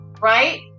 Right